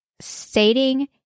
stating